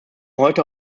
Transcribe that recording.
heute